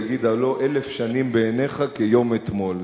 יגיד: הלוא אלף שנים בעיניך כיום אתמול.